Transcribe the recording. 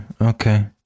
Okay